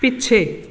ਪਿੱਛੇ